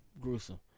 gruesome